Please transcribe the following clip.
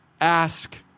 ask